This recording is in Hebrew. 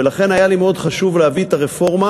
ולכן היה לי מאוד חשוב להביא את הרפורמה